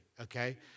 okay